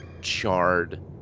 charred